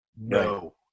no